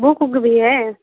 book वुक भी है